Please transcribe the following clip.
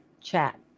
chat